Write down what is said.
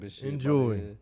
Enjoy